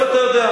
מאיפה אתה יודע?